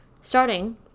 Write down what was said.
starting